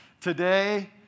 Today